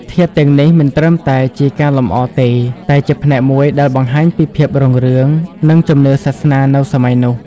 ធាតុទាំងនេះមិនត្រឹមតែជាការលម្អទេ តែជាផ្នែកមួយដែលបង្ហាញពីភាពរុងរឿង និងជំនឿសាសនានៅសម័យនោះ។